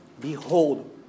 Behold